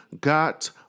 got